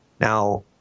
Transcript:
Now